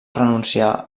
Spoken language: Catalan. renunciar